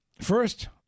first